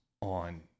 on